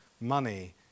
money